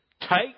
take